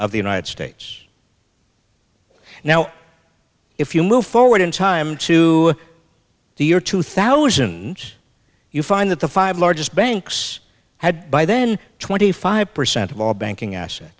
of the united states now if you move forward in time to the year two thousand you find that the five largest banks had by then twenty five percent of all banking